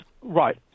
right